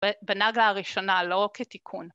‫בנגלה הראשונה, לא כתיקון.